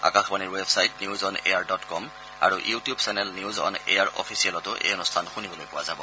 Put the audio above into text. আকাশবাণীৰ website news on air dot com আৰু YouTube channel news on air অফিচিয়েলতো এই অনুষ্ঠান শুনিবলৈ পোৱা যাব